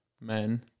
men